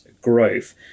growth